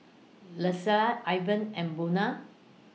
Lesia Ivan and Buna